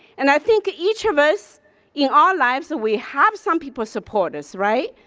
and i think each of us in our lives, we have some people support us, right?